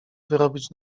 wyrobić